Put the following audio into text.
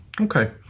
Okay